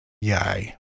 yay